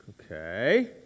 okay